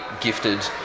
gifted